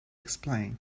explain